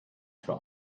für